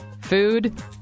food